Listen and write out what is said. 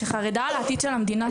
אזרחית שחרדה על עתיד של המדינה שלנו.